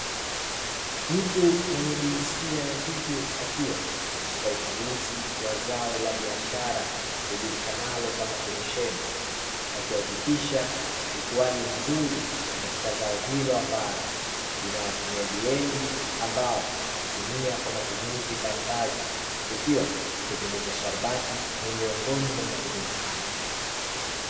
Mtu mwenye jinsia ya kike akiwa katika ukaguzi wa zao la biashara lijulikanalo kama pensheni. Akihakikisha ukuaji mzuri katika zao hilo ambalo lina watumiaji wengi ambao hutumia kwa matumizi mbalimbali, ikiwa kutengeneza sharubati ni miongoni mwa matumizi haya.